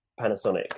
panasonic